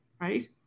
right